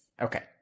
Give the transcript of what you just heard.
Okay